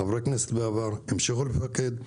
חברי כנסת בעבר המשיכו לפקד,